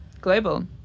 global